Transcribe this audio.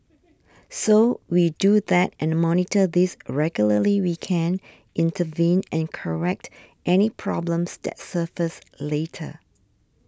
so we do that and monitor this regularly we can intervene and correct any problems that surface later